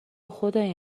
خدای